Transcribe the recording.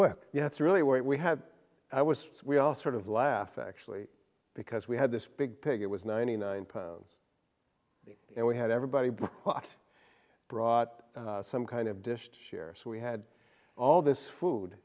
what you have to really wait we have i was we all sort of laugh actually because we had this big pig it was ninety nine pounds and we had everybody brought some kind of dish to share so we had all this food